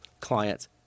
clients